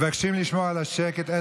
מבקשים לשמור על השקט.